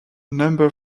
number